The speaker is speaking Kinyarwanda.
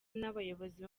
n’abayobozi